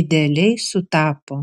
idealiai sutapo